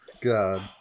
God